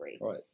Right